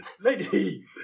Lady